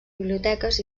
biblioteques